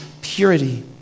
purity